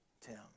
Tim